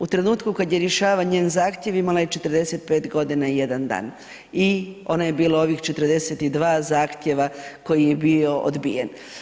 U trenutku kad je rješavan njen zahtjev, imala je 45 godina i jedan dan i ona je bila ovih 42 zahtjeva koji je bio odbijen.